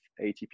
ATP